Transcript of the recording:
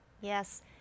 Yes